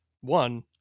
one